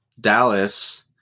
Dallas